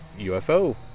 UFO